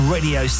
Radio